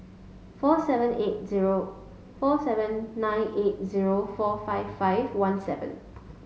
four seven eight zero four seven nine eight zero four five five one seven